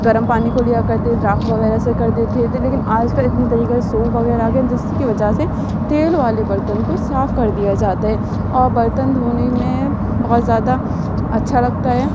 گرم پانی کو لیا کرتے راکھ وغیرہ سے کر دیتے تھے لیکن آج کل اتنے طریقے سے سوپ وغیرہ آ گئے جس کی وجہ سے تیل والے برتن کو صاف کر دیا جاتا ہے اور برتن دھونے میں بہت زیادہ اچھا لگتا ہے